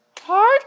hard